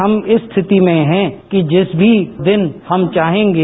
हम इस स्थिति में हैं कि जिस भी दिन हम चाहेंगे